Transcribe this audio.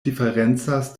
diferencas